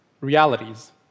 realities